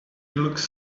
looks